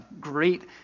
great